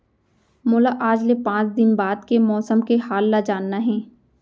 मोला आज ले पाँच दिन बाद के मौसम के हाल ल जानना हे?